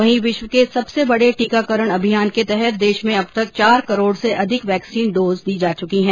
वहीं विश्व के सबसे बड़े टीकाकरण अभियान के तहत देश में अब तक चार करोड़ से अधिक वैक्सीन डोज दी जा च्की है